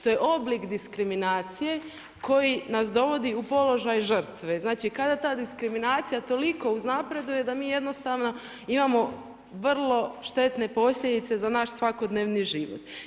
To je oblik diskriminacije koji nas dovodi u položaj žrtve, znači kada ta diskriminacija toliko uznapreduje da mi jednostavno imamo vrlo štetne posljedice za naš svakodnevni život.